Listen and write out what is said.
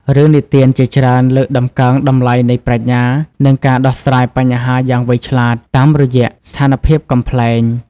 រឿងនិទានជាច្រើនលើកតម្កើងតម្លៃនៃប្រាជ្ញា និងការដោះស្រាយបញ្ហាយ៉ាងវៃឆ្លាត តាមរយៈស្ថានភាពកំប្លែង។